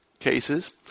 cases